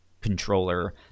controller